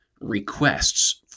requests